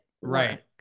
Right